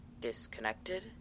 Disconnected